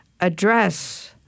address